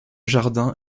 jardin